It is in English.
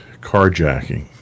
carjacking